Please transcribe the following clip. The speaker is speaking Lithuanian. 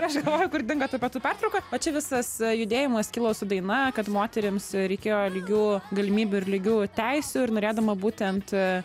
aš galvoju kur dingo ta pietų pertrauka o čia visas judėjimas kilo su daina kad moterims reikėjo lygių galimybių ir lygių teisių ir norėdama būtent